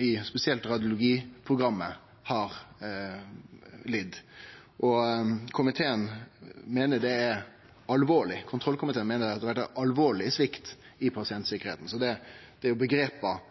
i spesielt radiologiprogrammet har lidd. Kontrollkomiteen meiner det har vore alvorleg svikt i pasientsikkerheita. Det er omgrep ein finjusterer i